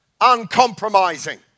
uncompromising